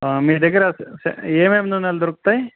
మీ దగ్గర రా ఏమేమి ను నలు దొరుకుతాయ